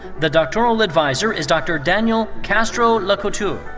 the doctoral adviser is dr. daniel castro-lacouture.